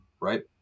Right